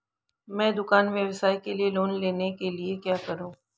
मैं दुकान व्यवसाय के लिए लोंन लेने के लिए क्या करूं?